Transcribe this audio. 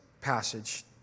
passage